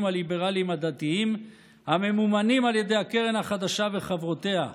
הליברליים הדתיים הממומנים על ידי הקרן החדשה וחברותיה,